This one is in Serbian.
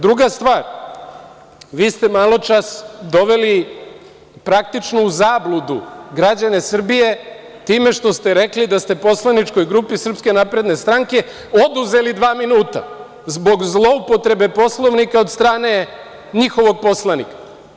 Druga stvar, vi ste maločas doveli praktično u zabludu građane Srbije time što ste rekli da ste Poslaničkoj grupi Srpske napredne stranke oduzeli dva minuta zbog zloupotrebe Poslovnika od strane njihovog poslanika.